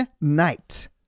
night